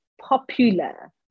popular